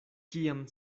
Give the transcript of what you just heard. kiam